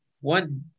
one